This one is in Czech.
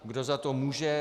Kdo za to může?